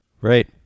Right